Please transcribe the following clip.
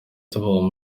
twubaka